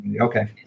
Okay